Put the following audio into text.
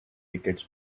tickets